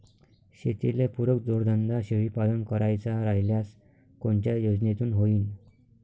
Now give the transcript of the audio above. शेतीले पुरक जोडधंदा शेळीपालन करायचा राह्यल्यास कोनच्या योजनेतून होईन?